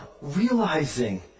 realizing